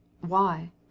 Why